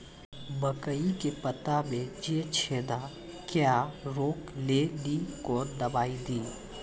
मकई के पता मे जे छेदा क्या रोक ले ली कौन दवाई दी?